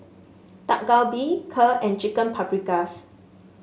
Dak Galbi Kheer and Chicken Paprikas